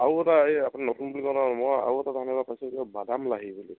আৰু এটা বাদাম লাহি বুলি